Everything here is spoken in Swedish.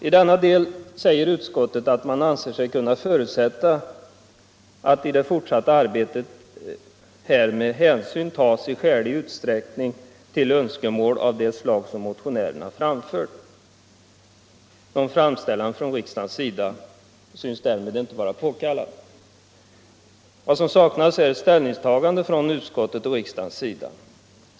I denna del säger utskottet att man anser sig kunna förutsätta att i det fortsatta arbetet härmed hänsyn i skälig utsträckning tas till önskemål av det slag motionärerna framfört. Någon framställan från riksdagens sida synes därmed inte vara påkallad. Vad som saknas är ett ställningstagande från utskottets och riksdagens sida.